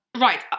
Right